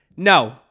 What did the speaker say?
No